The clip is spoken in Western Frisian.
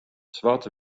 swart